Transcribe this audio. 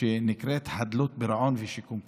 "חדלות פירעון ושיקום כלכלי".